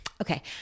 Okay